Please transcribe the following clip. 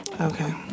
Okay